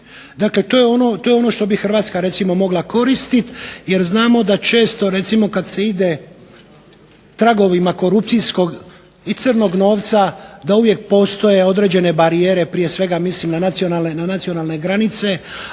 Dakle, to je ono što bi Hrvatska recimo mogla koristiti jer znamo da često recimo kad se ide tragovima korupcijskog i crnog novca da uvijek postoje određene barijere, prije svega mislim na nacionalne granice,